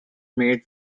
made